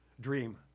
Dream